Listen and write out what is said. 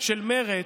של מרצ.